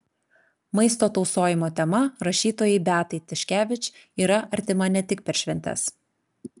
maisto tausojimo tema rašytojai beatai tiškevič yra artima ne tik per šventes